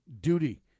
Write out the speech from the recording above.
duty